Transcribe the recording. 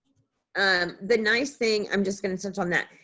um the nice thing, i'm just gonna touch on that.